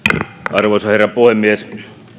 arvoisa herra puhemies